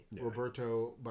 Roberto